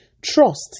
trust